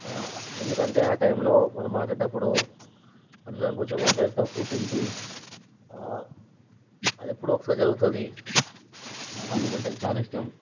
ఎందుకంటే ఆ టైంలో మనం మాట్లాడేటప్పుడు అందరం కూర్చోని మాట్లాడేటప్పుడు తింటూ అది ఎప్పుడో ఒకసారి జరుగుతుంది నాకు ఆ మూమెంట్ అంటే చాలా ఇష్టం